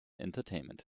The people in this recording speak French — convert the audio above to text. entertainment